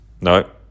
no